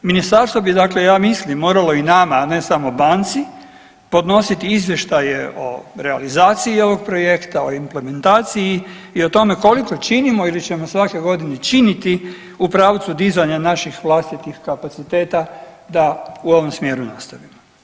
Ministarstvo bi dakle ja mislim moramo i nama, a ne samo banci podnositi izvještaje o realizaciji ovog projekta, o implementaciji i o tome koliko činimo ili ćemo svake godine činiti u pravcu dizanja naših vlastitih kapaciteta da u ovom smjeru nastavimo.